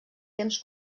temps